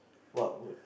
what would